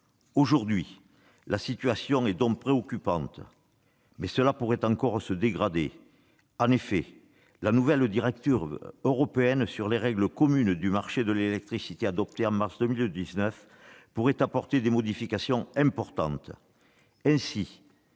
Aujourd'hui, la situation est préoccupante, mais elle pourrait encore se dégrader. En effet, la nouvelle directive européenne sur les règles communes pour le marché de l'électricité, adoptée en juin 2019, pourrait apporter des modifications importantes.